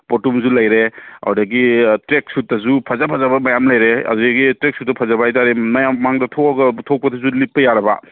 ꯄꯣꯠꯇꯨꯝꯁꯨ ꯂꯩꯔꯦ ꯑꯗꯒꯤ ꯇ꯭ꯔꯦꯛ ꯁꯨꯠꯇꯁꯨ ꯐꯖ ꯐꯖꯕ ꯃꯌꯥꯝ ꯂꯩꯔꯦ ꯑꯗꯒꯤ ꯇ꯭ꯔꯦꯛ ꯁꯨꯠꯇ ꯐꯖꯕ ꯍꯥꯏꯇꯥꯔꯦ ꯃꯌꯥꯝ ꯃꯥꯡꯗ ꯊꯣꯛꯑꯒ ꯊꯣꯛꯄꯗꯁꯨ ꯂꯤꯠꯄ ꯌꯥꯔꯕ